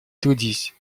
трудись